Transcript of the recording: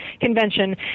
convention